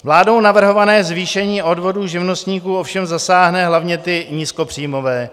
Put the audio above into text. Vládou navrhované zvýšení odvodů živnostníků ovšem zasáhne hlavně ty nízkopříjmové.